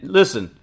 listen